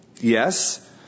Yes